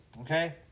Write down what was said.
okay